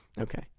okay